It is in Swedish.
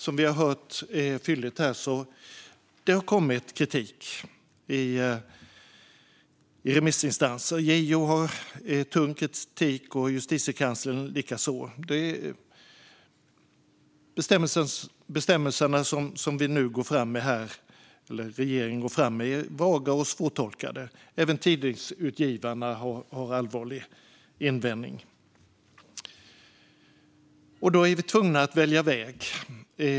Som vi hört fylligt här har det dock kommit kritik från remissinstanser. JO har tung kritik, Justitiekanslern likaså. De bestämmelser som regeringen går fram med är vaga och svårtolkade. Även Tidningsutgivarna har allvarliga invändningar. Då är vi tvungna att välja väg.